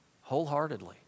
Wholeheartedly